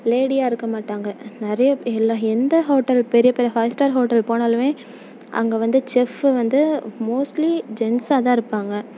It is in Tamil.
லேடியாக இருக்கற மாட்டாங்க நிறைய எல்லா எந்த ஹோட்டல் பெரிய பெரிய ஃபைவ் ஸ்டார் ஹோட்டல் போனாலுமே அங்கே வந்து செஃப்பு வந்து மோஸ்ட்லி ஜென்ஸாக தான் இருப்பாங்க